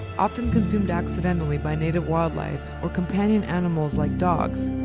often consumed accidentally by native wildlife or companion animals like dogs,